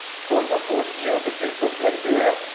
for example here, the case of liberia,